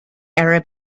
arab